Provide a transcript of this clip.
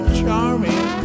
charming